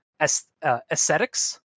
aesthetics